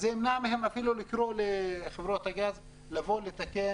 אז זה מונע מהם לקרוא לחברת הגז לבוא ולתקן